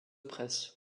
presse